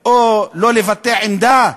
או לא לבטא עמדה?